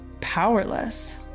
powerless